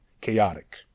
chaotic